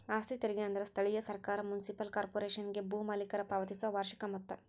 ಆಸ್ತಿ ತೆರಿಗೆ ಅಂದ್ರ ಸ್ಥಳೇಯ ಸರ್ಕಾರ ಮುನ್ಸಿಪಲ್ ಕಾರ್ಪೊರೇಶನ್ಗೆ ಭೂ ಮಾಲೇಕರ ಪಾವತಿಸೊ ವಾರ್ಷಿಕ ಮೊತ್ತ